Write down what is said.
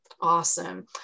Awesome